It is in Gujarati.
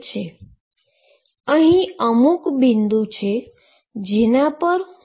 હવે અહીં અમુક બિંદુ છે જેના પર હું ભાર મુકુ છું